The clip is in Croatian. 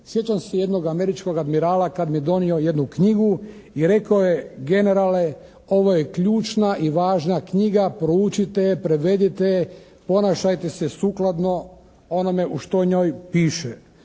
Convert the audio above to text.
Sjećam se jednog američkog admirala kad mi je donio jednu knjigu i rekao je: "Generale, ovo je ključna i važna knjiga, proučite je, prevedite je, ponašajte se sukladno onome što u njoj piše.".